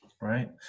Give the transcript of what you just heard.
Right